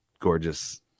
gorgeous